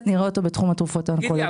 נראה אותו בתחום התרופות האונקולוגיות.